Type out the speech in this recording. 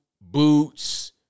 boots